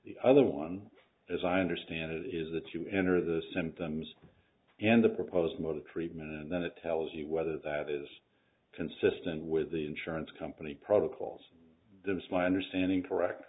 the other one as i understand it is that you enter the symptoms and the proposed mode of treatment and then it tells you whether that is consistent with the insurance company protocols that it's my understanding correct